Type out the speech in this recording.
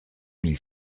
mille